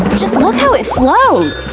just look how it flows!